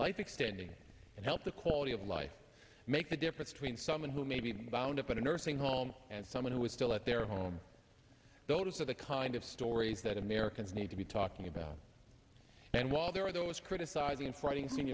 life extending and help the quality of life make the difference between someone who may be bound up in a nursing home and someone who is still at their home those are the kind of stories that americans need to be talking about and while there are those criticizing fighting